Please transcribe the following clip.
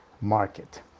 market